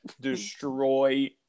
destroy